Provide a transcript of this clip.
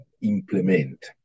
implement